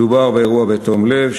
מדובר באירוע שקרה בתום לב,